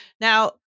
Now